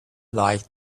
like